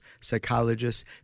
psychologists